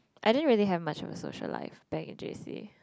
I didn't really have much of a social life back in J_C